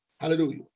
Hallelujah